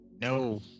No